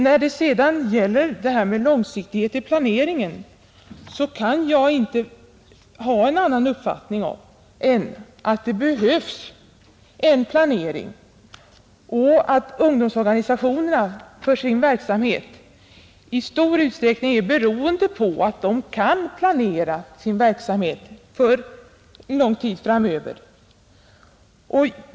När det sedan gäller långsiktighet i planeringen kan jag inte ha någon annan uppfattning än att det behövs en planering och att ungdomsorganisationerna för sin verksamhet i stor utsträckning är beroende av att de kan planera sin verksamhet för lång tid framöver.